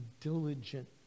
diligent